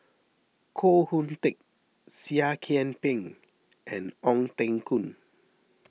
Koh Hoon Teck Seah Kian Peng and Ong Teng Koon